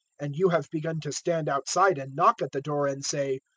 and you have begun to stand outside and knock at the door and say,